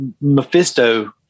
Mephisto